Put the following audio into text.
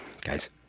guys